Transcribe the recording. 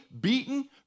beaten